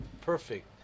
perfect